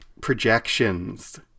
projections